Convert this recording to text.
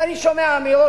ואני שומע אמירות.